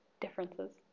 differences